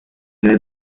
niwe